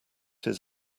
his